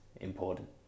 important